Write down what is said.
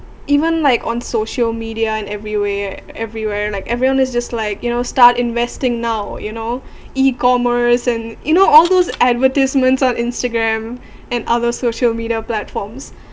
even like on social media and everywhere everywhere like everyone is just like you know start investing now you know e-commerce and you know all those advertisements on instagram and other social media platforms